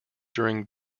during